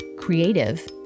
creative